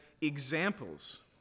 examples